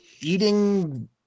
eating